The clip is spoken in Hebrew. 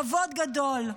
כבוד גדול.